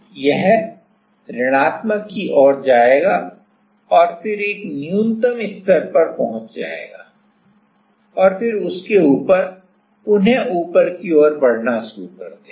यह ऋणात्मक की ओर जाएगा और फिर एक न्यूनतम स्तर पर पहुंच जाएगा और फिर उसके ऊपर पुनः ऊपर की ओर बढ़ना शुरू कर देगा